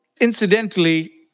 Incidentally